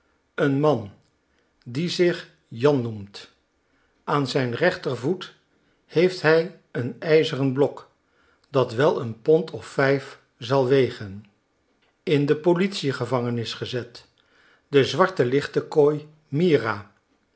een man die zich jan noemt aan zijn rechtervoet heeft hij een ijzeren blok dat wel een pond of vijf zal wegen in de politiegevangenis gezet de zwarte lichtekooi myra